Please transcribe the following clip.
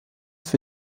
für